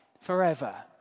forever